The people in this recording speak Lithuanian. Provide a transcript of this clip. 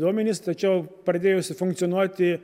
duomenys tačiau pradėjusi funkcionuoti